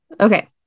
okay